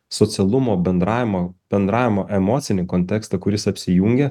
socialumo bendravimo bendravimo emocinį kontekstą kuris apsijungia